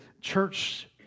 church